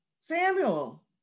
Samuel